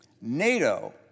NATO